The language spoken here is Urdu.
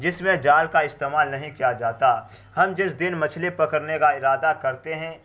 جس میں جال کا استعمال نہیں کیا جاتا ہم جس دن مچھلے پکڑنے کا ارادہ کرتے ہیں